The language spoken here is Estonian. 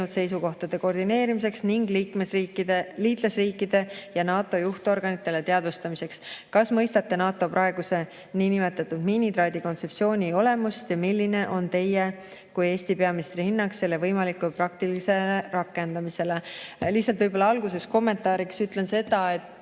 seisukohtade koordineerimiseks ning liitlasriikidele ja NATO juhtorganitele teadvustamiseks? Kas mõistate NATO praeguse niinimetatud miinitraadi kontseptsiooni olemust ja milline on Teie kui Eesti peaministri hinnang selle võimalikule praktilise rakendamisele?" Lihtsalt võib-olla alguses kommentaariks ütlen seda, et